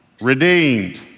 Redeemed